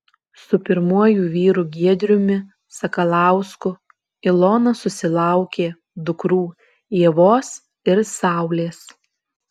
su pirmuoju vyru giedriumi sakalausku ilona susilaukė dukrų ievos ir saulės